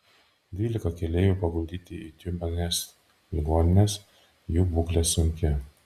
dvylika keleivių paguldyti į tiumenės ligonines jų būklė sunki